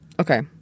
Okay